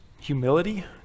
humility